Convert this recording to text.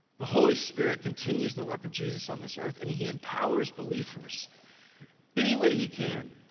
the holy spirit continues the work of jesus on this earth and he he empowers believers any way he can.